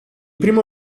primo